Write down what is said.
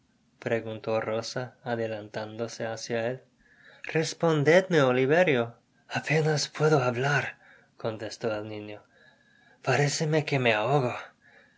preguntó rosa adelantándose hácia él respondedme oliverio apenas puedo hablar contestó el niño paréceme que me ahogo